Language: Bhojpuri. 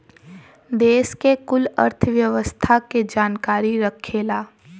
देस के कुल अर्थव्यवस्था के जानकारी रखेला